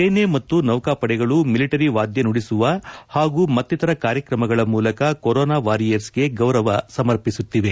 ಸೇನೆ ಮತ್ತು ನೌಕಾಪಡೆಗಳು ಮಿಲಿಟರಿ ವಾದ್ಯ ನುಡಿಸುವ ಹಾಗೂ ಮತ್ತಿತರ ಕಾರ್ಯಕ್ರಮಗಳ ಮೂಲಕ ಕೊರೊನಾ ವಾರಿಯರ್ಗೆ ಗೌರವ ಸಮರ್ಪಿಸುತ್ತಿದೆ